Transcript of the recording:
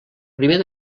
primer